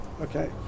okay